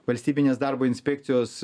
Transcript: valstybinės darbo inspekcijos